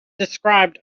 described